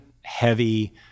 heavy